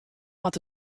moat